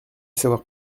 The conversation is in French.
savoir